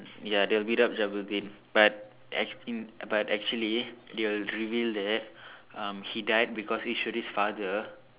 ya they will beat up Jabudeen but act~ he but actually they will reveal that um he died because Eswari's father